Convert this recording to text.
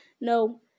No